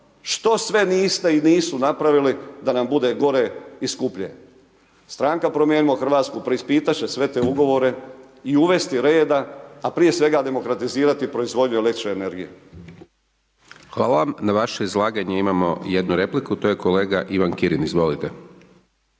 Što sve niste i nisu napravili da nam bude gore i skuplje? Stranka Promijenimo Hrvatsku, preispitati će sve te ugovore i uvesti reda, a prije svega demokratizirati proizvodnju el. energije. **Hajdaš Dončić, Siniša (SDP)** Hvala. Na vaše izlaganje imamo 1 repliku, to je kolega Ivan Kirin, izvolite.